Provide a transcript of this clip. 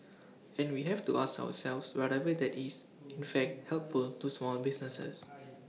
and we have to ask ourselves whatever that is in fact helpful to small businesses